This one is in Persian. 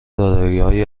داراییهای